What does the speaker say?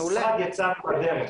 במשרד יצאנו לדרך.